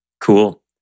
Cool